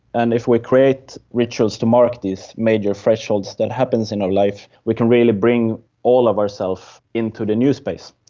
and if we create rituals to mark these major thresholds that happens in our life we can really bring all of our self into the new space.